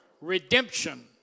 redemption